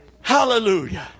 Hallelujah